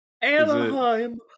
Anaheim